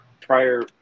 prior